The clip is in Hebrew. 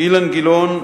אילן גילאון,